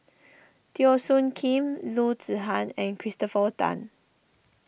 Teo Soon Kim Loo Zihan and Christopher Tan